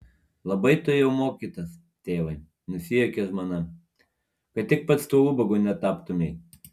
labai tu jau mokytas tėvai nusijuokė žmona kad tik pats tuo ubagu netaptumei